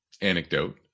anecdote